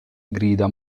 grida